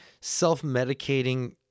self-medicating